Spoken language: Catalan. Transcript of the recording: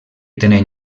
tenen